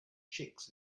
chicks